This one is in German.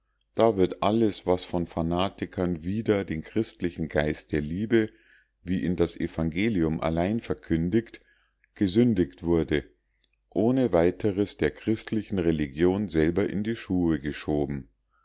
da wird alles was von fanatikern wider den christlichen geist der liebe wie ihn das evangelium allein verkündigt gesündigt wurde ohne weiteres der christlichen religion selber in die schuhe geschoben